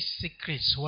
secrets